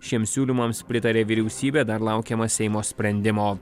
šiems siūlymams pritarė vyriausybė dar laukiama seimo sprendimo